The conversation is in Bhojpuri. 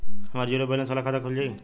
हमार जीरो बैलेंस वाला खाता खुल जाई?